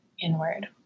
inward